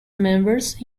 members